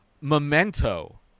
Memento